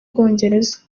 bwongereza